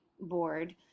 board